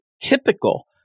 typical